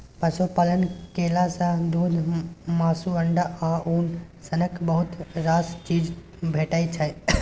पशुपालन केला सँ दुध, मासु, अंडा आ उन सनक बहुत रास चीज भेटै छै